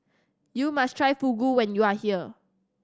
you must try Fugu when you are here